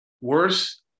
Worse